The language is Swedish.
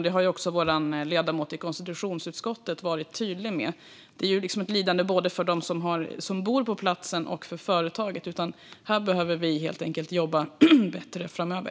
Det har också vår ledamot i konstitutionsutskottet varit tydlig med. Det är ju liksom ett lidande både för dem bor på platsen och för företaget. Här behöver vi helt enkelt jobba bättre framöver.